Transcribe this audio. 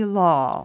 law